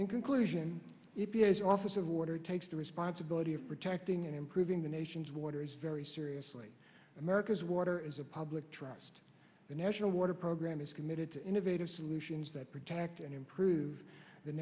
in conclusion if the as office of water takes the responsibility of protecting and improving the nation's water is very seriously america's water is a public trust and national water program is committed to innovative solutions that protect and improve the